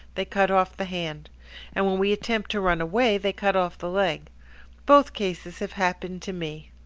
they cut off the hand and when we attempt to run away, they cut off the leg both cases have happened to me.